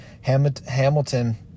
Hamilton